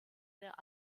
der